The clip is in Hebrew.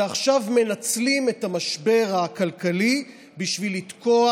ועכשיו מנצלים את המשבר הכלכלי בשביל לתקוע